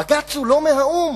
בג"ץ הוא לא מהאו"ם,